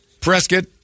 Prescott